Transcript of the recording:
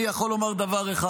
אני יכול לומר דבר אחד: